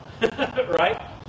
Right